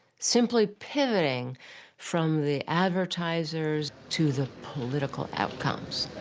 simply pivoting from the advertisers to the political outcomes.